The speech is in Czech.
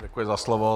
Děkuji za slovo.